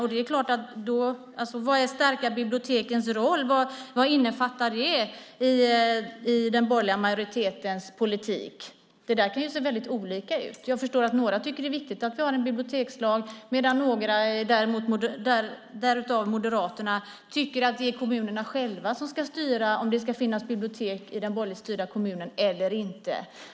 Vad innebär det att stärka bibliotekens roll i den borgerliga majoritetens politik? Det kan ju se väldigt olika ut. Jag kan förstå att några tycker att det är viktigt att vi har en bibliotekslag, medan några, däribland Moderaterna, tycker att det är kommunerna själva som ska styra om det ska finnas bibliotek i den borgerligt styrda kommunen eller inte.